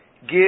Give